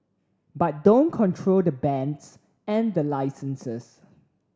but don't control the bands and the licenses